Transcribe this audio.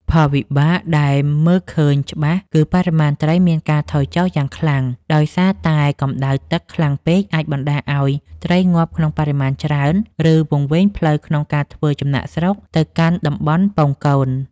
ផលវិបាកដែលមើលឃើញច្បាស់គឺបរិមាណត្រីមានការថយចុះយ៉ាងខ្លាំង ដោយសារតែកម្ដៅទឹកខ្លាំងពេកអាចបណ្ដាលឱ្យត្រីងាប់ក្នុងបរិមាណច្រើន ឬវង្វេងផ្លូវក្នុងការធ្វើចំណាកស្រុកទៅកាន់តំបន់ពងកូន។